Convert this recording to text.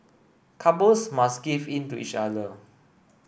couples must give in to each other